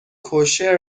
کوشر